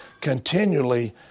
continually